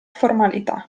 formalità